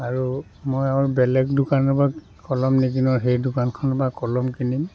আৰু মই আৰু বেলেগ দোকানৰপৰা কলম নিকিনোঁ আৰু সেই দোকানখনৰপৰা কলম কিনিম